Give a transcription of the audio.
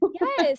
Yes